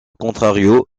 contrario